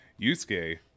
Yusuke